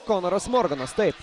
konoras morganas taip